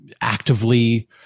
actively